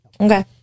Okay